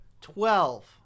Twelve